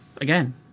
again